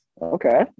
Okay